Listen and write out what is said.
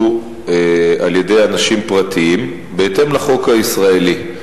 על-ידי אנשים פרטיים בהתאם לחוק הישראלי.